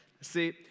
See